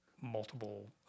multiple